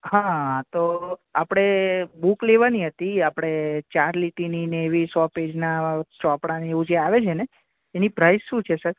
હા તો આપણે બૂક લેવાની હતી આપણે ચાર લીટીની ને એવી સો પેઈજના ચોપડા ને એવું જે આવે છેને એની પ્રાઈસ શું છે સર